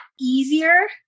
easier